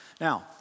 Now